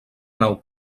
nau